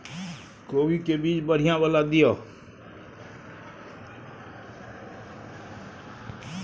कोबी के बीज बढ़ीया वाला दिय?